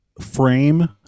frame